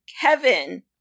Kevin